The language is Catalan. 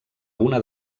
una